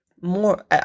more